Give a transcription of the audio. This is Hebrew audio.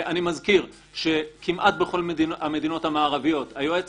אני מזכיר שכמעט בכל המדינות המערביות היועץ